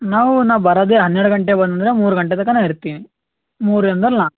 ನಾವೂ ನಾವು ಬರೋದೇ ಹನ್ನೆರಡು ಗಂಟೆ ಬಂದರೆ ಮೂರು ಗಂಟೆ ತನಕ ನಾ ಇರ್ತೀನಿ ಮೂರಿಂದ ನಾಲ್ಕು